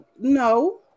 No